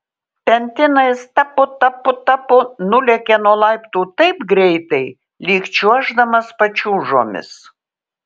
pentinais tapu tapu tapu nulėkė nuo laiptų taip greitai lyg čiuoždamas pačiūžomis